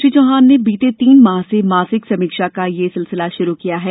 श्री चौहान ने बीते तीन माह से मासिक समीक्षा का यह सिलसिला शुरू किया है